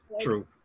True